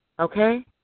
Okay